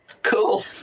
Cool